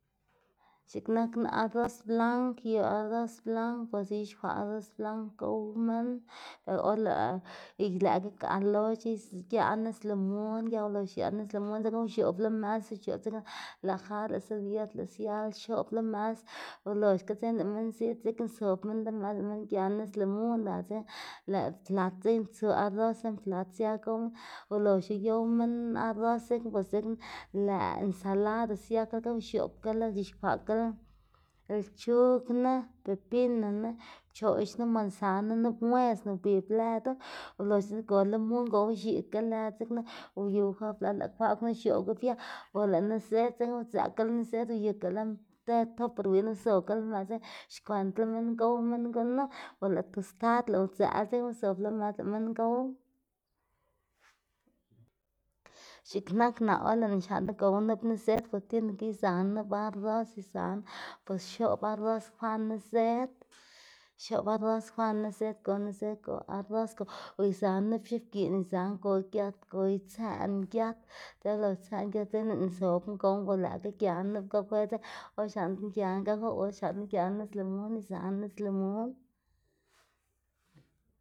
x̱iꞌk nak na yu arros blank yu arros blakn bos ix̱uxkwaꞌ arros blank gow minn o or lëꞌ y lëꞌkga galoc̲h̲e giaꞌ nis limun giaꞌ xlox xiaꞌ nis limun dzekna uxob lo mës ux̱ob dzekna lëꞌ jar lëꞌ seviyet lëꞌ siala x̱ob lo mës oloxga dzekna lëꞌ minn ziꞌd dzekna zob minn lo mës lëꞌ minn gia nis limun ga dzekna lëꞌ plat dzekna tsu arros lën plat sia gow minn ulox uyow minn arros dzekna bos dzekna lëꞌ ensalada siakalaga o x̱oꞌbgala c̲h̲ixkwaꞌkala lchugna, pepinona, pchoꞌxna, mansana, nup muezna ubib lëdu ulox go limun go ux̱ika lëd gunu uyuga lëꞌ kwaꞌ knu ux̱oꞌb nup biaꞌl o lëꞌ niszed dzekna udzëꞌkela niszed uyuka lën te toper win uzogala lo mës xkwendla minn gow minn gunu o lëꞌ tostad lëꞌ udzëꞌla dzekna zob lo mës lëꞌ minn gow. X̱iꞌk nak naꞌ or lëꞌná xlaꞌndná gowná nup niszed bos tiene que izaná nup arros izaná bos x̱oꞌb arros kwa niszed, x̱oꞌb arros kwa niszed go niszed, go arros go o izaná nup x̱ubgiꞌn izaná go giat go itsëꞌná giat dzekna ulox utsëꞌná giat dzekna lëꞌná zobná gowná o lëꞌkga gianá nup gafe dzekna or xlaꞌndná gianá gafe o xlaꞌndná gianá nup nis lumun izaná nis limun.